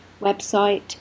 website